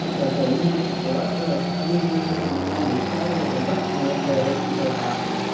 अछा अछा seven seater खपेव त असांजी हिन में हिक नैक्सा करे अथव उहा सेवन सिटर कार अथव